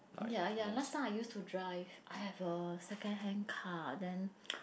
ya ya last time I used to drive I have a second hand car then